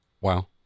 Wow